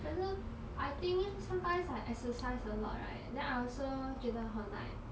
可是 I think sometimes I exercise a lot right then I also 觉得很 like